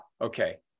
okay